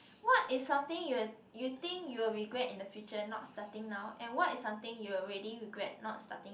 what is something you you think you'll regret in the future not starting now and what is something you already regret not starting